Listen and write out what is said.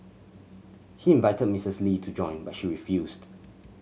he invited Mistress Lee to join but she refused